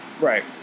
Right